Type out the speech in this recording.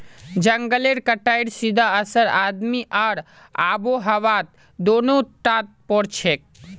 जंगलेर कटाईर सीधा असर आदमी आर आबोहवात दोनों टात पोरछेक